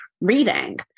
reading